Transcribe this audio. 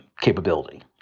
capability